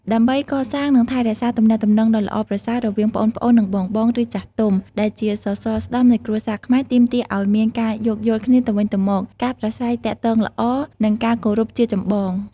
ដើម្បីកសាង និងថែរក្សាទំនាក់ទំនងដ៏ល្អប្រសើររវាងប្អូនៗ និងបងៗ ឬចាស់ទុំ ដែលជាសរសរស្តម្ភនៃគ្រួសារខ្មែរ ទាមទារឱ្យមាន ការយោគយល់គ្នាទៅវិញទៅមក ការប្រាស្រ័យទាក់ទងល្អ និងការគោរពជាចម្បង។